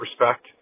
respect